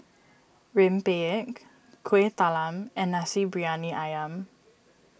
Rempeyek Kueh Talam and Nasi Briyani Ayam